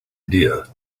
idea